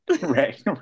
right